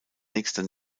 nächster